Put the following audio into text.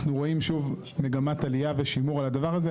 אנחנו רואים שוב מגמת עלייה ושימור על הדבר הזה.